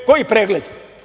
Koji pregled?